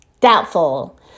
Doubtful